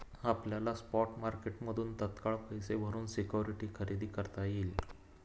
आपल्याला स्पॉट मार्केटमधून तात्काळ पैसे भरून सिक्युरिटी खरेदी करता येईल